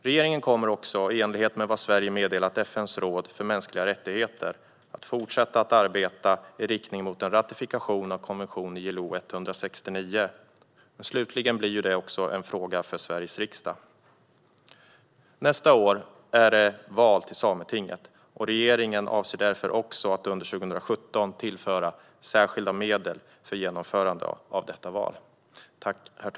Regeringen kommer också, i enlighet med vad Sverige har meddelat FN:s råd för mänskliga rättigheter, att fortsätta arbeta i riktning mot en ratificering av ILO-konvention 169. Slutligen blir det också en fråga för Sveriges riksdag. Nästa år är det val till Sametinget. Regeringen avser därför att under 2017 tillföra särskilda medel för genomförandet av det valet.